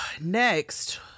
Next